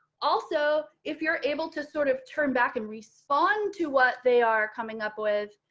also, if you're able to sort of turn back and respond to what they are coming up with